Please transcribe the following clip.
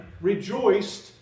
rejoiced